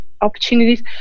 opportunities